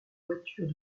voitures